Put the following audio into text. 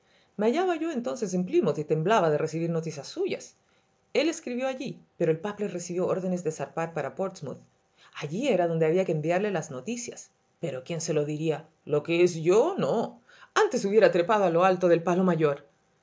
me hallaba yo entonces en plymouth y temblaba de recibir noticias suyas el escribió allí pero el papler recibió órdenes de zarpar para portsmouth allí era donde había que enviarle las noticias pero quién se lo diría lo que es yo no antes hubiera trepado a lo alto del palo mayor